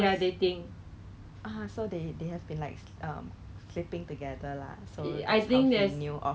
because retail okay retail 会关 what does 只是 F&B 要继续做工 so it depends lah